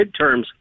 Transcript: midterms